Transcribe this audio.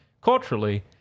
culturally